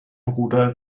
ruder